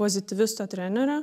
pozityvisto trenerio